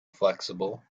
flexible